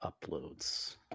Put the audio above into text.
uploads